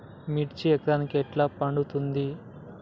మిర్చి ఎకరానికి ఎట్లా పండుద్ధి?